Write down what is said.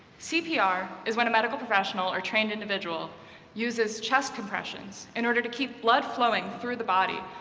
cpr is when a medical professional or trained individual uses chest compressions in order to keep blood flowing through the body,